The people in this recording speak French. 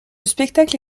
spectacle